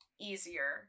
easier